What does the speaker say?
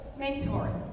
mentoring